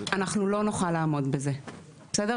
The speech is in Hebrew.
אנחנו לא נוכל לעמוד בזה בסדר?